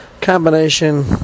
combination